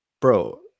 Bro